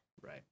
right